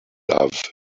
love